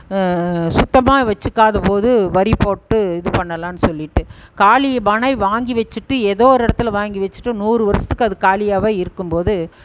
சுத்தமாக வச்சுக்காத போது வரி போட்டு இது பண்ணலாம்ன்னு சொல்லிவிட்டு காலி மனை வாங்கி வச்சுட்டு ஏதோ ஒரு இடத்துல வாங்கி வச்சுட்டு நூறு வருஷத்துக்கு அது காலியாகவே இருக்கும் போது